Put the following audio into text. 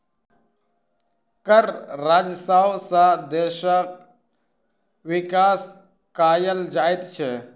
कर राजस्व सॅ देशक विकास कयल जाइत छै